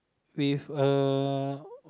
with uh